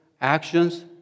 actions